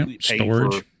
Storage